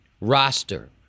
roster